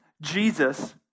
Jesus